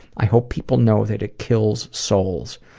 i hope people know that it kills souls.